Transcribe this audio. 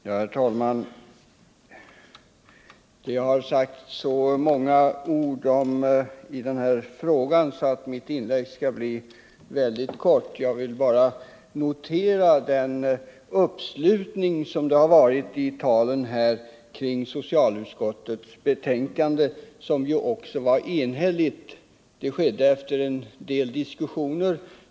Herr talman! Det har sagts så många ord i den här frågan och mitt inlägg skall därför bli ytterst kort. Jag vill bara notera den uppslutning kring socialutskottets yttrande som kommit till uttryck i talen här. Socialutskottets yttrande var enhälligt, och det antogs efter en del diskussioner.